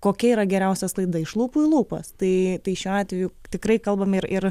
kokia yra geriausia sklaida iš lūpų į lūpas tai tai šiuo atveju tikrai kalbam ir ir